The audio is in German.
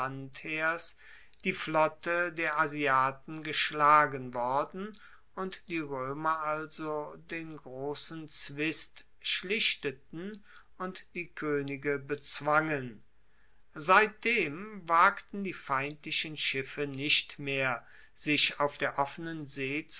landheers die flotte der asiaten geschlagen worden und die roemer also den grossen zwist schlichteten und die koenige bezwangen seitdem wagten die feindlichen schiffe nicht mehr sich auf der offenen see